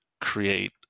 create